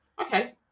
Okay